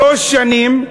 שלוש שנים,